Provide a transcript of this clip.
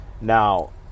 Now